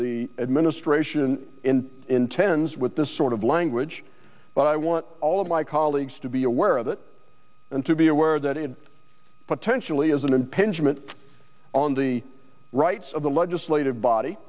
the administration intends with this sort of language but i want all of my colleagues to be aware of it and to be aware that it potentially is an impingement on the rights of the legislative body